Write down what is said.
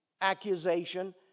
accusation